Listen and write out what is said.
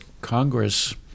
Congress